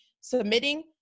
submitting